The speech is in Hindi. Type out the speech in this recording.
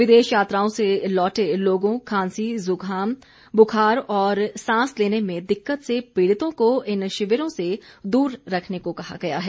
विदेश यात्राओं से लौटे लोगों खांसी जुकाम बुखार और सांस लेने में दिक्कत से पीड़ितों को इन शिविरों से दूर रखने को कहा गया है